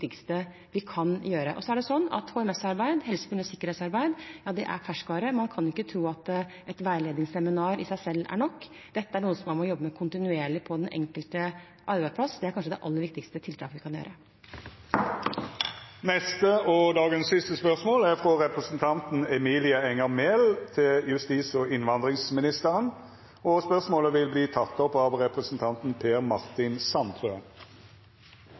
vi kan gjøre. HMS-arbeid – helse-, miljø- og sikkerhetsarbeid – er ferskvare, man skal ikke tro at et veiledningsseminar i seg selv er nok. Dette er noe man må jobbe med kontinuerlig på den enkelte arbeidsplass. Det er kanskje det aller viktigste tiltaket vi kan sette inn. Dette spørsmålet, frå representanten Emilie Enger Mehl til justis- og innvandringsministeren, vil verta teke opp av representanten Per Martin Sandtrøen.